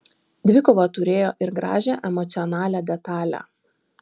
dvikova turėjo ir gražią emocionalią detalę